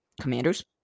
commanders